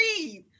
breathe